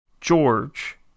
George